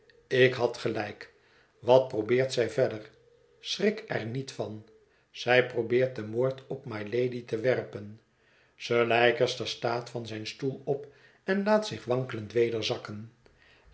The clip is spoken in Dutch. ik had gelijk wat probeert zij verder schrik er niet van zij probeert den moord op mylady te werpen sir leicester staat van zijn stoel op en laat zich wankelend weder zakken